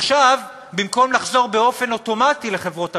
עכשיו, במקום לחזור באופן אוטומטי לחברות הביטוח,